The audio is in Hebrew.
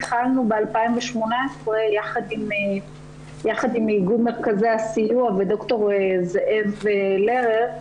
התחלנו ב-2018 יחד עם איגוד מרכזי הסיוע וד"ר זאב לרר,